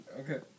Okay